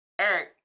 Eric